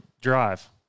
Drive